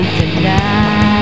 tonight